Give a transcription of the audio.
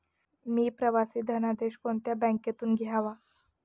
मी प्रवासी धनादेश कोणत्या बँकेतून घ्यावा?